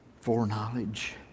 foreknowledge